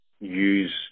use